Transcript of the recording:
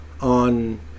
on